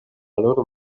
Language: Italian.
loro